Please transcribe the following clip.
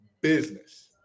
business